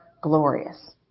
glorious